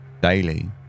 Daily